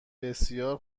بسیار